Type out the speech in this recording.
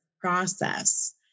process